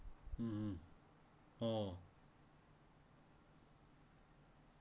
(uh huh) oh